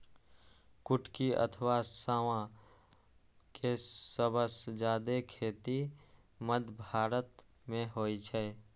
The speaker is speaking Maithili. कुटकी अथवा सावां के सबसं जादे खेती मध्य भारत मे होइ छै